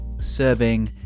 serving